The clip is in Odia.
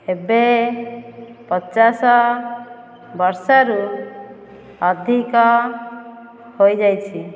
ଏବେ ପଚାଶ ବର୍ଷରୁ ଅଧିକ ହୋଇଯାଇଛି